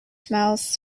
smells